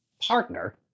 Partner